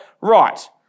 right